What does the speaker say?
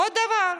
עוד דבר,